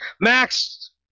max